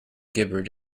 gibbered